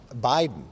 Biden